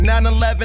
9-11